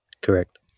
Correct